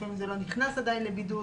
לפעמים הוא עדיין לבידוד,